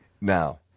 Now